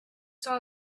saw